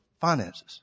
finances